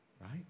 right